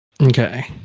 Okay